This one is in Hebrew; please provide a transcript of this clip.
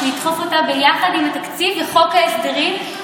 בשביל לדחוף אותה ביחד עם התקציב וחוק ההסדרים.